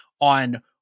on